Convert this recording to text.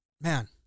man